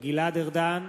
גלעד ארדן,